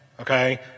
Okay